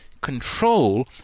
Control